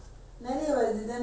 it's so many you know